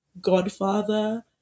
godfather